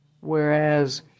Whereas